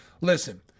listen